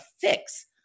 fix